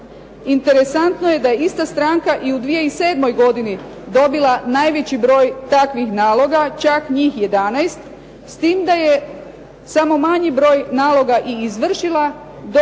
Interesantno je da je ista stranka i u 2007. godini dobila najveći broj takvih naloga, čak njih 11, s tim da je samo manji broj naloga i izvršila, dok po